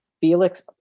Felix